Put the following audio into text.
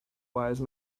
wise